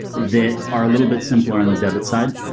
that are a little bit simpler in the debit side.